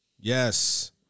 yes